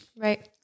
right